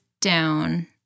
down